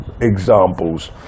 examples